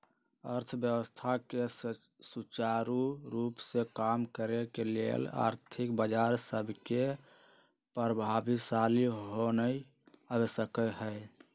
अर्थव्यवस्था के सुचारू रूप से काम करे के लेल आर्थिक बजार सभके प्रभावशाली होनाइ आवश्यक हइ